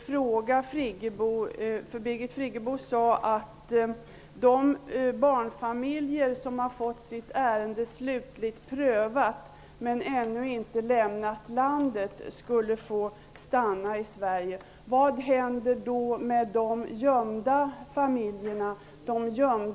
Friggebo sade att de barnfamiljer som har fått sitt ärende slutligt prövat men som ännu inte lämnat landet skulle få stanna i Sverige. Vad händer med de gömda barnen och familjerna?